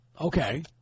Okay